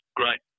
great